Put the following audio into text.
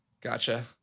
Gotcha